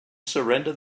surrender